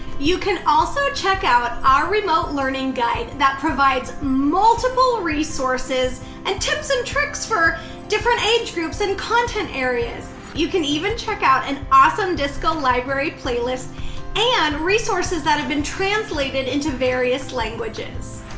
you can also check out our remote learning guide that provides multiple resources and tips and tricks for different age groups and content areas. you can even check out an awesome disco library playlist and resources that have been translated into various languages.